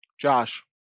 Josh